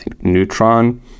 Neutron